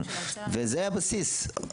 וזה הבסיס.